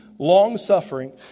long-suffering